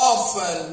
Often